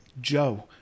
Joe